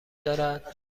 دارد